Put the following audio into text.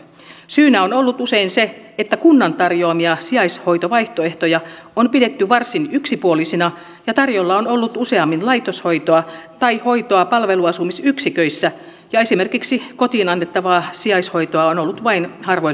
syynä on ollut usein se että kunnan tarjoamia sijaishoitovaihtoehtoja on pidetty varsin yksipuolisina ja tarjolla on ollut useammin laitoshoitoa tai hoitoa palvelusasumisyksiköissä ja esimerkiksi kotiin annettavaa sijaishoitoa on ollut vain harvoille tarjolla